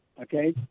okay